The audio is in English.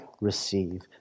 receive